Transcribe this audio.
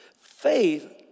Faith